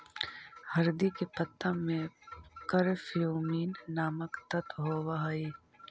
हरदी के पत्ता में करक्यूमिन नामक तत्व होब हई